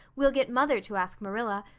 we'll get mother to ask marilla.